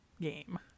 game